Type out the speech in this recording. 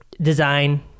design